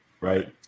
right